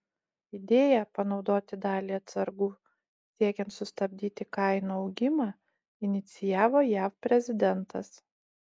idėją panaudoti dalį atsargų siekiant sustabdyti kainų augimą inicijavo jav prezidentas